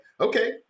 okay